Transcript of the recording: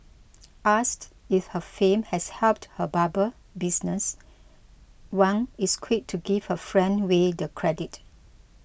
asked if her fame has helped her barber business Wang is quick to give her friend Way the credit